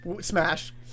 Smash